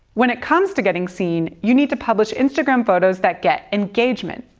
when it comes to getting seen, you need to publish instagram photos that get engagement.